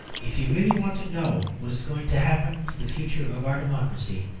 if you really want to know what is going to happen to the future of our democracy,